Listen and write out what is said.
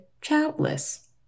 childless